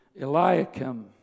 Eliakim